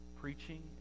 preaching